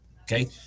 okay